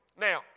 Now